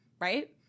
right